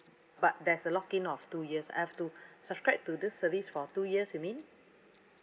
but there's a lock-in of two years I have to subscribe to this service for two years you mean